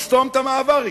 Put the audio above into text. נסתום את המעבר.